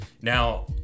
Now